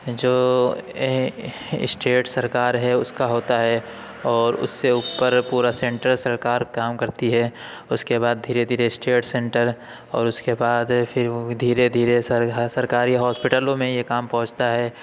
جو اسٹیٹ سرکار ہے اس کا ہوتا ہے اور اس سے اوپر پورا سنٹر سرکار کام کرتی ہے اس کے بعد دھیرے دھیرے اسٹیٹ سنٹر اور اس کے بعد پھر دھیرے دھیرے سرکاری ہاسپٹلوں میں یہ کام پہنچتا ہے